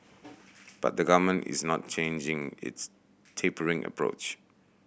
but the Government is not changing its tapering approach